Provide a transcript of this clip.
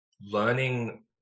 learning